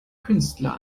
künstler